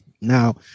Now